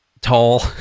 tall